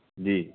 ਜੀ